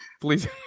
Please